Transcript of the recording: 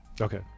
Okay